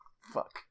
Fuck